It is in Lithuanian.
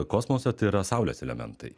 kosmose tai yra saulės elementai